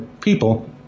people